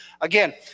Again